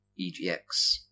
EGX